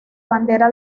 bandera